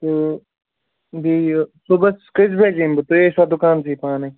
بیٚیہِ یہِ صُبحَس کٔژۍ بَجہِ یِمہٕ بہٕ تُہۍ ٲسوا دُکانسٕے پانَے